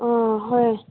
ꯑꯥ ꯍꯣꯏ